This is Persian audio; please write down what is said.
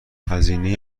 هزینه